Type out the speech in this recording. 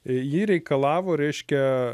ji reikalavo reiškia